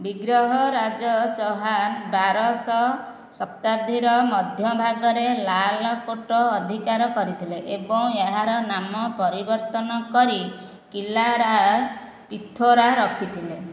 ବିଗ୍ରହରାଜ ଚୌହାନ ବାରଶ ଶତାବ୍ଦୀର ମଧ୍ୟଭାଗରେ ଲାଲକୋଟ ଅଧିକାର କରିଥିଲେ ଏବଂ ଏହାର ନାମ ପରିବର୍ତ୍ତନ କରି କିଲା ରାୟ ପିଥୋରା ରଖିଥିଲେ